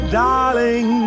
darling